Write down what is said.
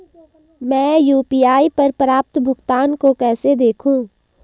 मैं यू.पी.आई पर प्राप्त भुगतान को कैसे देखूं?